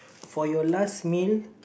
for your last meal